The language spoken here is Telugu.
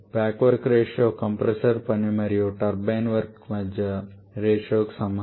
బ్యాక్ వర్క్ రేషియో కంప్రెసర్ పని మరియు టర్బైన్ వర్క్ మధ్య రేషియోకి సమానం